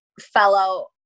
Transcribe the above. fellow